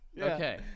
Okay